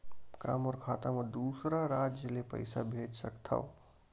का मोर खाता म दूसरा राज्य ले पईसा भेज सकथव?